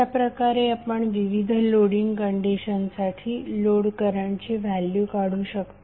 अशाप्रकारे आपण विविध लोडिंग कंडिशनसाठी लोड करंटची व्हॅल्यू काढू शकता